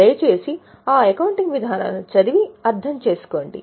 దయచేసి ఆ అకౌంటింగ్ విధానాలను చదివి అర్థం చేసుకోండి